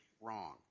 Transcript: wrong